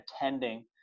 attending